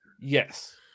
Yes